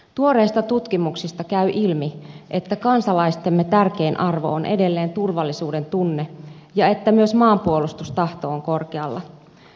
tuoreista tutkimuksista käy ilmi että kansalaistemme tärkein arvo on edelleen turvallisuuden tunne ja että myös maanpuolustustahto on korkealla